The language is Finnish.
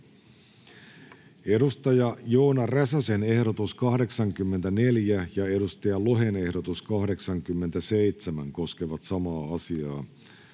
Content: Joona Räsäsen ehdotus 84 ja Markus Lohen ehdotus 87 koskevat samaa asiaa,